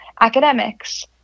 academics